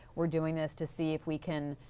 we are doing this to see if we can